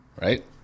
Right